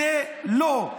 זה לא.